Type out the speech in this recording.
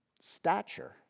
stature